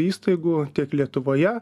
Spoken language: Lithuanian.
įstaigų tiek lietuvoje